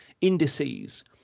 indices